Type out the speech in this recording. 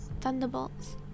Thunderbolts